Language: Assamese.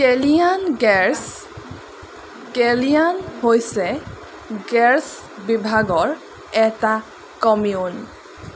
কেলিয়ান গেৰ্ছ কেলিয়ান হৈছে গেৰ্ছ বিভাগৰ এটা কমিউন